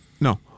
No